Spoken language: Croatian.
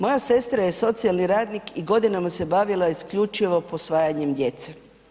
Moja sestra je socijalni radnik i godinama se bavila isključivo posvajanjem djece.